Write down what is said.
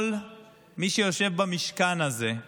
כל מי שיושב במשכן הזה,